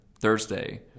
Thursday